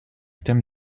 thème